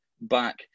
back